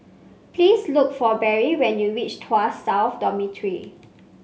please look for Barry when you reach Tuas South Dormitory